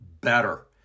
better